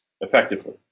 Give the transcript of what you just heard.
effectively